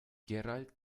gerald